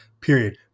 period